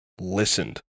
listened